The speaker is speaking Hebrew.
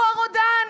הוא הרודן?